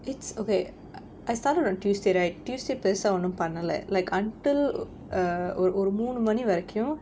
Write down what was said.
it's okay I started on tuesday right tuesday பெருசா ஒன்னும் பண்ணல:perusaa onnum pannala like until err ஒரு ஒரு மூணு மணி வரைக்கும்:oru oru moonu mani varaikkum